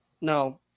No